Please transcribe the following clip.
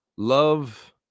love